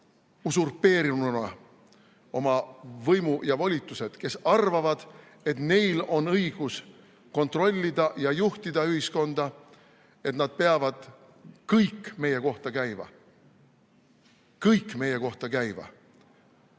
usurpeerinud oma võimu ja volitused ja kes arvavad, et neil on õigus kontrollida ja juhtida ühiskonda ja et nad peavad kõik meie kohta käiva, kõik meie kohta käiva